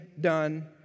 done